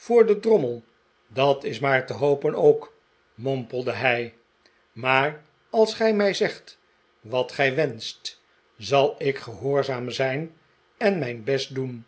voor den drommel dat is maar te hopen ook mompelde hij r maar als gij mij zegt wat gij wenscht zal ik gehoorzaam zijn en mijn best doen